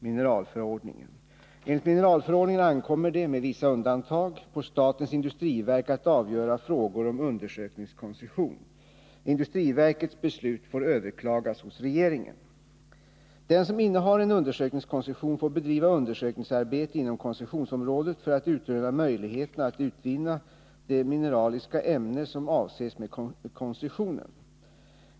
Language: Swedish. Enligt mineralförordningen ankommer det — med vissa undantag — på statens industriverk att avgöra frågor om undersökningskoncession. Industriverkets beslut får överklagas hos regeringen. Den som innehar en undersökningskoncession får bedriva undersökningsarbete inom koncessionsområdet för att utröna möjligheterna att utvinna det mineraliska ämne som avses med koncessionen.